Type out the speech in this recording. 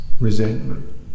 Resentment